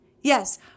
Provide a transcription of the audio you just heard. yes